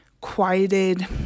quieted